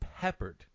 peppered